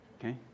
okay